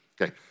Okay